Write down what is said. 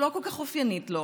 שלא כל כך אופיינית לו,